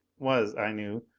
was, i knew,